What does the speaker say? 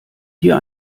hier